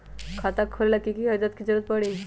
खाता खोले ला कि कि कागजात के जरूरत परी?